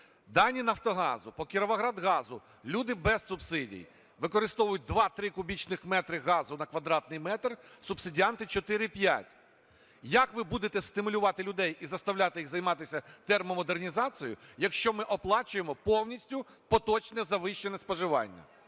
Дані "Нафтогазу": по "Кіровоградгазу" люди без субсидій використовують 2-3 кубічних метри газу на квадратний метр, субсидіанти – 4-5. Як ви будете стимулювати людей і заставляти їх займатися термомодернізацією, якщо ми оплачуємо повністю поточне завищене споживання?